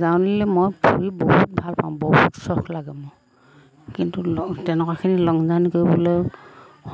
জাৰ্ণিলৈ মই ফুৰি বহুত ভাল পাওঁ বহুত চখ লাগে মোৰ কিন্তু লং তেনেকুৱাখিনি লং জাৰ্ণি কৰিবলৈ